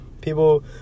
People